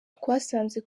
twasanze